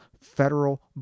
Federal